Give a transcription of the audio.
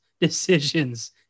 decisions